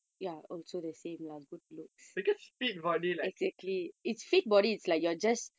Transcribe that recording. because fit body like